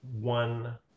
one